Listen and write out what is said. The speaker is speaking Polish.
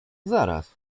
zaraz